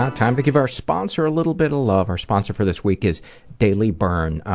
ah time to give our sponsor a little bit of love. our sponsor for this week is daily burn.